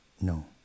no